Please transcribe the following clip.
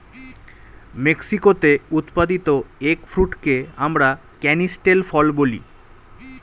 মেক্সিকোতে উৎপাদিত এগ ফ্রুটকে আমরা ক্যানিস্টেল ফল বলি